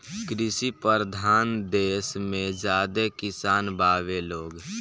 कृषि परधान देस मे ज्यादे किसान बावे लोग